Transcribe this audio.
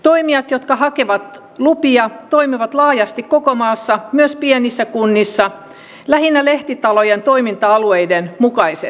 toimijat jotka hakevat lupia toimivat laajasti koko maassa myös pienissä kunnissa lähinnä lehtitalojen toiminta alueiden mukaisesti